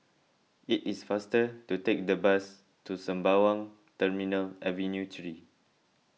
it is faster to take the bus to Sembawang Terminal Avenue three